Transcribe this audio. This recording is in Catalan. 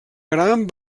gran